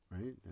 Right